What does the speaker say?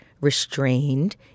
restrained